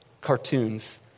cartoons